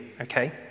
Okay